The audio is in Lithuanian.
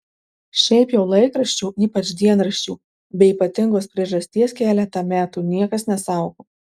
šiaip jau laikraščių ypač dienraščių be ypatingos priežasties keletą metų niekas nesaugo